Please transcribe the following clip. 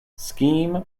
scheme